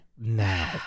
now